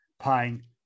paying